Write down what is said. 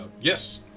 Yes